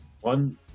One